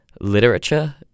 literature